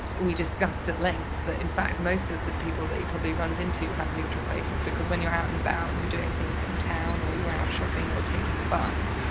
we discussed at length but in fact most of the people that he probably runs into have neutral faces because when you're out and about and you're doing things in town, or you're out shopping or taking the bus,